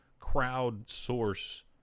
crowdsource